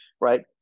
right